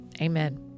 Amen